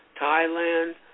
Thailand